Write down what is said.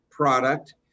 product